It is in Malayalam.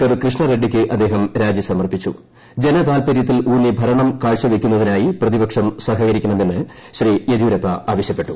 സ്പീക്കർ കൃഷ്ണ റെഡ്സിക്ക് അദ്ദേഹം രാജി ജനതാത്പര്യത്തിലൂന്നി ഭരണം കാഴ്ചവെയ്ക്കുന്നതിനായി പ്രതിപക്ഷം സഹകരിക്കണമെന്ന് ശ്രീ യെദ്യൂരപ്പ ആവശ്യപ്പെട്ടു